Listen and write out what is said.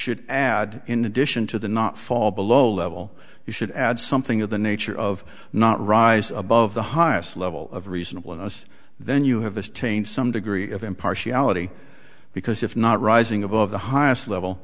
should add in addition to the not fall below level you should add something in the nature of not rise above the highest level of reasonable in us then you have attained some degree of impartiality because if not rising above the highest level